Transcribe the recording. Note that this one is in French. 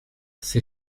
ces